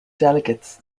delegates